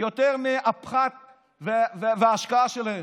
יותר מהפחת וההשקעה שלהן.